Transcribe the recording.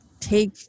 take